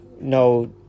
No